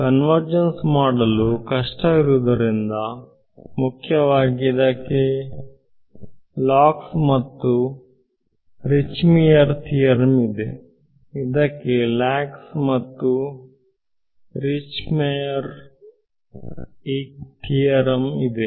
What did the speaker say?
convergence ಮಾಡಲು ಕಷ್ಟ ಇರುವುದರಿಂದ ಮುಖ್ಯವಾಗಿ ಇದಕ್ಕೆ ಲಾಕ್ಸ್ ಮತ್ತು ರಿಚ್ಟ್ಮಿಯರ್ ಥಿಯರಂ ಇದೆ